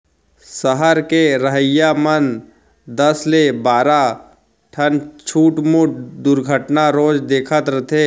सहर के रहइया मन दस ले बारा ठन छुटमुट दुरघटना रोज देखत रथें